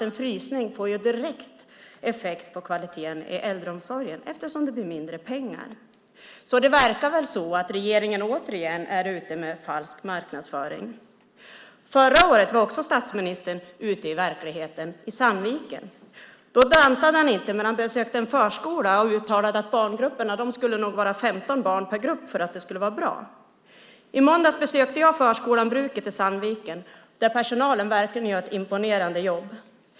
En frysning får direkt effekt på kvaliteten i äldreomsorgen eftersom det blir mindre pengar. Det verkar alltså som om regeringen återigen är ute med falsk marknadsföring. Förra året var statsministern också ute i verkligheten, i Sandviken. Då dansade han inte, men han besökte en förskola och uttalade att barngrupperna nog skulle ha högst 15 barn per grupp för att det skulle vara bra. I måndags besökte jag förskolan Bruket i Sandviken, där personalen verkligen gör ett imponerande jobb.